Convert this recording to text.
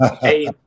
hey